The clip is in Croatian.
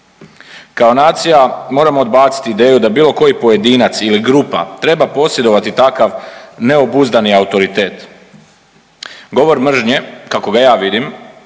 Kao nacija moramo odbaciti ideju da bilo koji pojedinac ili grupa treba posjedovati takav neobuzdani autoritet. Govor mržnje kako ga ja vidim